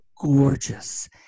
gorgeous